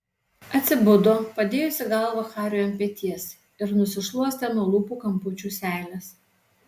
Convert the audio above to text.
atsibudo padėjusi galvą hariui ant peties ir nusišluostė nuo lūpų kampučių seiles